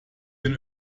den